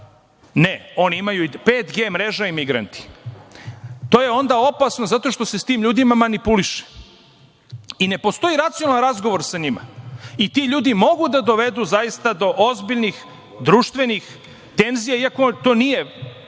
ne oni imaju 5G mrežu i migranti. To je onda opasno zato što se sa tim ljudima manipuliše i ne postoji racionalan razgovor sa njima i ti ljudi mogu da dovedu zaista do ozbiljnih društvenih tenzija iako to nije